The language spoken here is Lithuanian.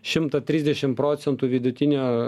šimto trisdešim procentų vidutinio